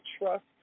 trust